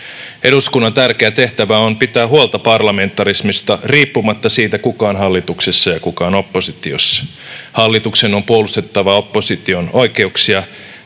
Eduskunnan tärkeä tehtävä on pitää huolta parlamentarismista riippumatta siitä, kuka on hallituksessa ja kuka on oppositiossa. Hallituksen on puolustettava opposition oikeuksia,